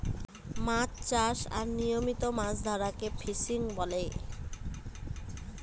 মাছ চাষ আর নিয়মিত মাছ ধরাকে ফিসিং বলে